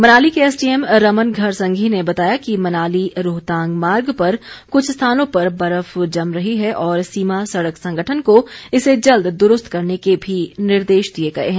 मनाली के एसडीएम रमन घरसंघी ने बताया कि मनाली रोहतांग मार्ग पर कृछ स्थानों पर बर्फ जम रही है और सीमा सड़क संगठन को इसे जल्द दुरूस्त करने के भी निर्देश दिए गए हैं